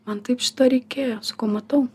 man taip šito reikėjo sakau matau